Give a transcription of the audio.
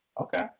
Okay